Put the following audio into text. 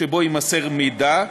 שבו יימסר מידע,